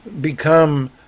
become